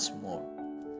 more